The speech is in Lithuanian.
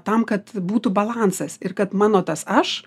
tam kad būtų balansas ir kad mano tas aš